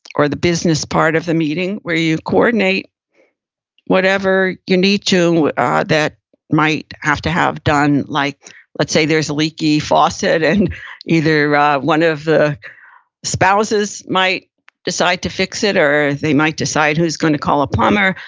or the business part of the meeting, where you coordinate whatever you need to ah that might have to have done. like let's say, there's a leaky faucet and either ah one of the spouses might decide to fix it or they might decide who's gonna call a plumber.